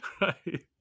Right